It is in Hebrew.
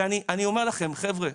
ואני אומר לכם חבר'ה,